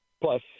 plus